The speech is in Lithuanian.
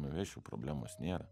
nuvežčiau problemos nėra